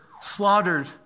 slaughtered